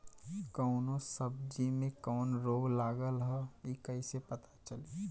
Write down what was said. कौनो सब्ज़ी में कवन रोग लागल ह कईसे पता चली?